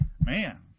man